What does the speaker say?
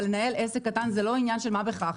אבל ניהול עסק קטן זה לא עניין של מה בכך.